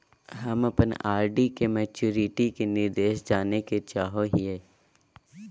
हम अप्पन आर.डी के मैचुरीटी के निर्देश जाने के चाहो हिअइ